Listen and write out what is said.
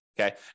Okay